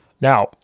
Now